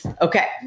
okay